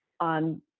on